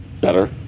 better